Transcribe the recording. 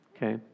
Okay